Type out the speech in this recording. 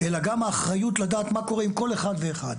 אלא גם לדעת מה קורה עם כל אחד ואחד.